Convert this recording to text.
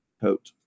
coat